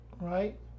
right